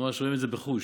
ממש רואים את זה בחוש.